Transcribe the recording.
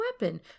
weapon